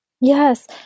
Yes